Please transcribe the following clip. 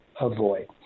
avoid